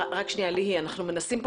כל זה עדיין שייך לשקף